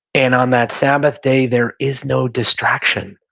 and on that sabbath day, there is no distraction.